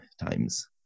times